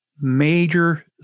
major